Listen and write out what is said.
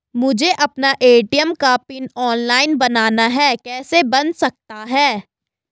मुझे अपना ए.टी.एम का पिन ऑनलाइन बनाना है कैसे बन सकता है?